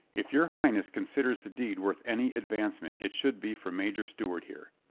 if your highness considers the deed worth any advancement, it should be for major stewart here.